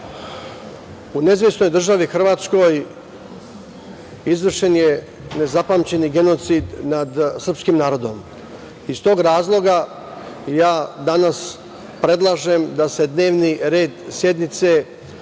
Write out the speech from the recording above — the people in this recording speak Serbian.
nezavisnoj državi Hrvatskoj izvršen je nezapamćeni genocid nad srpskim narodom. Iz tog razloga ja danas predlažem da se dnevni red sednice,